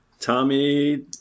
Tommy